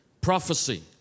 prophecy